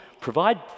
provide